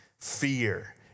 Fear